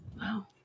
Wow